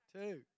two